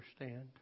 understand